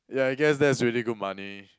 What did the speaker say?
yeah I guess that's really good money